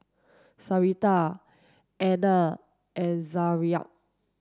Sharita Etna and Zaria